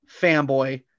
fanboy